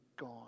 gone